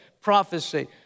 prophecy